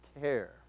care